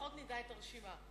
ולפחות נדע את הרשימה.